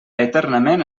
eternament